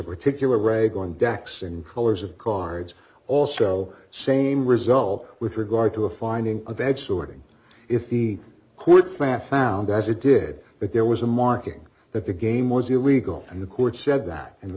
particular reg on decks and colors of cards also same result with regard to a finding of edge sorting if the court fan found as it did that there was a marking that the game was illegal and the court said that in the